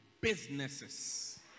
businesses